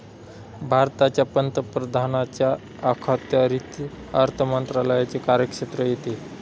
भारताच्या पंतप्रधानांच्या अखत्यारीत अर्थ मंत्रालयाचे कार्यक्षेत्र येते